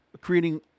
creating